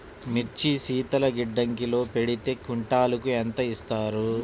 మిర్చి శీతల గిడ్డంగిలో పెడితే క్వింటాలుకు ఎంత ఇస్తారు?